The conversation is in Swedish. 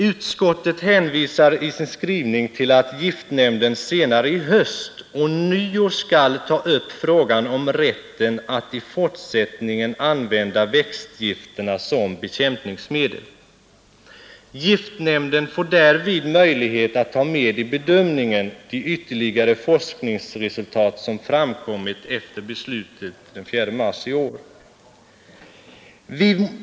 Utskottet hänvisar i sin skrivning till att giftnämnden senare i höst ånyo skall ta upp frågan om rätten att i fortsättningen använda växtgifterna som bekämpningsmedel. Giftnämnden får därvid möjlighet att ta med i bedömningen de ytterligare forskningsresultat som framkommit efter beslutet den 4 mars i år.